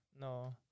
No